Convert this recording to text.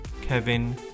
kevin